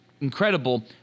incredible